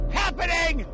happening